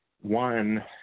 one